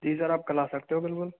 जी sir आप कल आ सकते हो बिलकुल